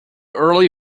early